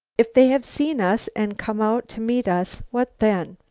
if they have seen us and come out to meet us, what then?